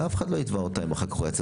ואף אחד לא יתבע אותם אם אחר כך הוא ייצא